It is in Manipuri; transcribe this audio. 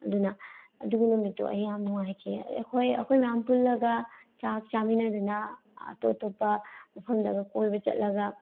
ꯑꯗꯨꯅ ꯑꯗꯨꯒꯤ ꯅꯨꯃꯤꯠꯇꯣ ꯑꯩ ꯌꯥꯝ ꯅꯨꯡꯉꯥꯏꯈꯤ ꯑꯩꯈꯣꯏ ꯑꯩꯈꯣꯏ ꯃꯌꯥꯝ ꯄꯨꯜꯂꯒ ꯆꯥꯛ ꯆꯥꯃꯤꯟꯅꯗꯅ ꯑꯇꯣꯞ ꯑꯇꯣꯞꯄ ꯃꯐꯝꯗꯒ ꯀꯣꯏꯕ ꯆꯠꯂꯒ